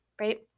right